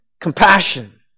compassion